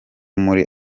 muri